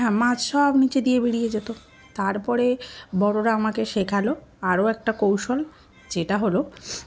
হ্যাঁ মাছ সব নিচে দিয়ে বেরিয়ে যেত তারপরে বড়রা আমাকে শেখালো আরও একটা কৌশল যেটা হলো